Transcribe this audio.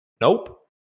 Nope